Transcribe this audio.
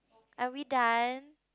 are we done